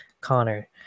Connor